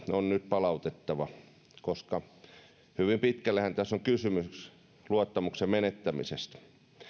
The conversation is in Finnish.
on nyt palautettava koska hyvin pitkällehän tässä on kysymys luottamuksen menettämisestä